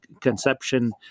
Conception